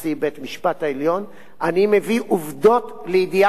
אני מביא עובדות לידיעת חברי הכנסת, זה תפקידי.